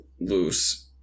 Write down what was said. loose